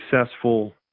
successful